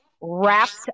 wrapped